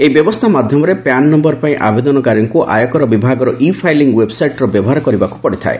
ଏହି ବ୍ୟବସ୍ଥା ମାଧ୍ୟମରେ ପ୍ୟାନ୍ ନମ୍ଭର ପାଇଁ ଆବେଦନକାରୀଙ୍କ ଆୟକର ବିଭାଗର ଇ ଫାଇଲିଂ ଓ୍ବେବ୍ସାଇଟ୍ର ବ୍ୟବହାର କରିବାକୁ ପଡ଼ିଥାଏ